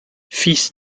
fils